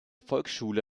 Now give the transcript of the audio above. volksschule